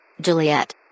Juliet